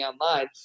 online